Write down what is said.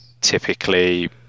typically